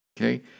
Okay